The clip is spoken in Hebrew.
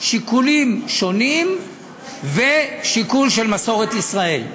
שיקולים שונים ושיקול של מסורת ישראל.